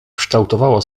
kształtowała